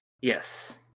Yes